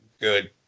good